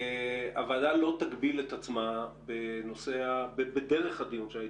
הוועדה לא תגביל את עצמה בדרך הדיון שלה,